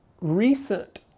recent